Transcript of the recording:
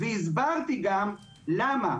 והסברתי גם למה,